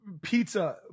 pizza